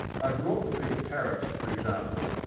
i brought with me to paris, for example,